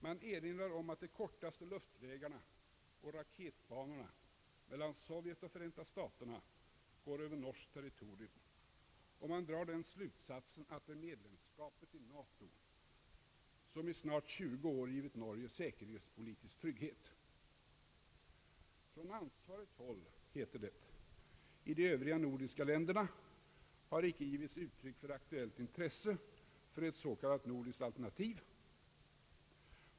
Man erinrar om att de kortaste luftvägarna och raketbanorna mellan Sovjet och Förenta staterna går över norskt territorium, och man drar den slutsatsen att det är medlemskapet i NATO som i snart 20 år givit Norge säkerhetspolitisk trygghet. Från ansvarigt håll heter det: I de övriga nordiska länderna har icke givits uttryck för aktuellt intresse för ett s.k. nordiskt alternativ.